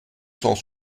cent